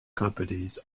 companies